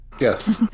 yes